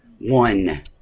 One